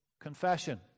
confession